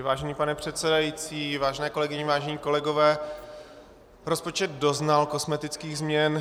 Vážený pane předsedající, vážené kolegyně, vážení kolegové, rozpočet doznal kosmetických změn.